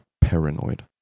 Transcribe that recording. paranoid